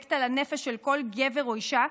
אפקט על הנפש של כל גבר או אישה,